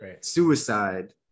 suicide